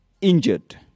injured